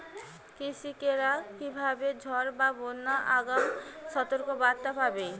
কৃষকেরা কীভাবে ঝড় বা বন্যার আগাম সতর্ক বার্তা পাবে?